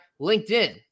LinkedIn